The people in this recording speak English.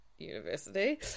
university